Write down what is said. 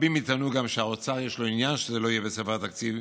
רבים יטענו שלאוצר יש עניין שזה לא יהיה בספר התקציב,